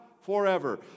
forever